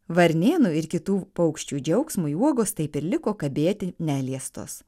varnėnų ir kitų paukščių džiaugsmui uogos taip ir liko kabėti neliestos